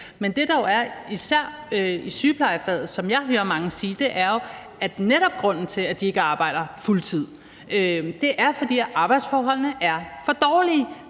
Men det, der er især i sygeplejefaget, som jeg hører mange sige, er jo, at grunden til, at de ikke arbejder fuldtid, netop er, at arbejdsforholdene er for dårlige.